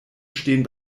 stehen